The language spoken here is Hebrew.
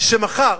שמחר